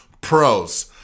pros